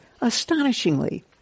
astonishingly